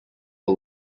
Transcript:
are